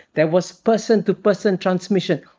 there was person-to-person transmission.